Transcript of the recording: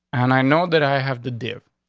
and i know that i have the deal.